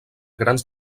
grans